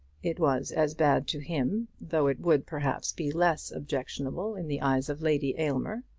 it was as bad to him, though it would, perhaps, be less objectionable in the eyes of lady aylmer.